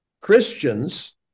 Christians